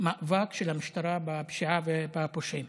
מאבק של המשטרה בפשיעה ובפושעים.